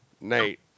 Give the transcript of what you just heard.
Nate